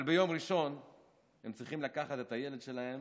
אבל ביום ראשון הם צריכים לקחת את הילד שלהם